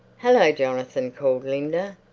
hallo, jonathan! called linda.